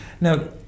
Now